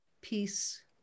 peace